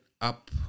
up